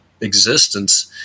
existence